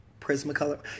Prismacolor